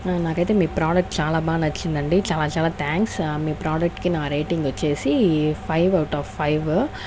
నాకైతే మీ ప్రోడక్ట్ చాలా బాగా నచ్చింది అండి చాలా చాలా థ్యాంక్స్ మీ ప్రోడక్ట్ కి నా రేటింగ్ వచ్చేసి ఫైవ్ అవుట్ ఆఫ్ ఫైవ్